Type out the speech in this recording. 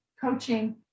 coaching